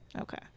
Okay